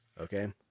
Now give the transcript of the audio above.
okay